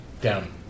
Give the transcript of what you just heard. down